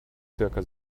zirka